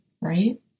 right